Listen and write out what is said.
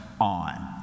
on